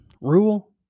rule